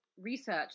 research